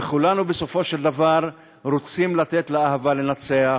וכולנו בסופו של דבר רוצים לתת לאהבה לנצח.